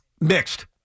Mixed